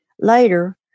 Later